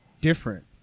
different